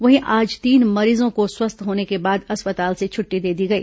वहीं आज तीन मरीजों को स्वस्थ होने के बाद अस्पताल से छुट्टी दे दी गई